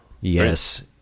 Yes